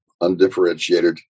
undifferentiated